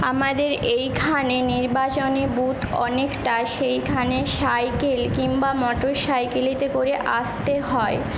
আমাদের এইখানে নির্বাচনী বুথ অনেকটা সেইখানে সাইকেল কিংবা মোটর সাইকেলেতে করে আসতে হয়